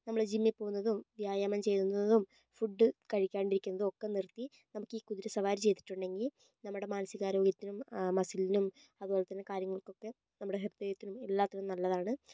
നമ്മള് ജിമ്മിൽ പോകുന്നതും വ്യായാമം ചെയ്യുന്നതും ഫുഡ്ഡ് കഴിക്കാണ്ടിരിക്കുന്നതും ഒക്കെ നിർത്തി നമുക്ക് ഈ കുതിരസവാരി ചെയ്തിട്ടുണ്ടെങ്കിൽ നമ്മുടെ മാനസിക ആരോഗ്യത്തിനും മസിൽനും അതുപോലെ തന്നെ കാര്യങ്ങൾക്കൊക്കെ നമ്മുടെ ഹെപ്പേത്തനും എല്ലാത്തിനും നല്ലതാണ്